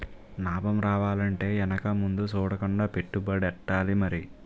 నాబం రావాలంటే ఎనక ముందు సూడకుండా పెట్టుబడెట్టాలి మరి